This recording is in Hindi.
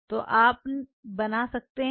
तो आप बना सकते हैं